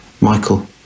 Michael